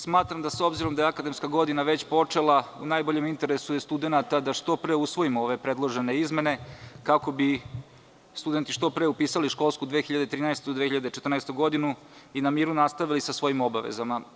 S obzirom da je akademska godina već počela u najboljem interesu studenata je da što pre usvojimo ove predložene izmene, kako bi studenti što pre upisali školsku 2013/2014. godinu i na miru nastavili sa svojim obavezama.